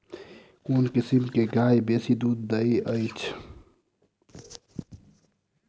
केँ किसिम केँ गाय बेसी दुध दइ अछि?